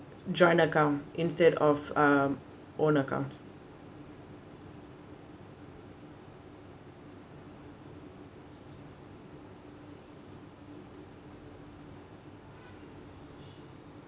joint account instead of um own account